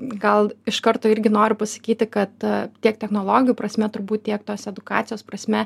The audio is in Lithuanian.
gal iš karto irgi noriu pasakyti kad tiek technologijų prasme turbūt tiek tos edukacijos prasme